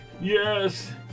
Yes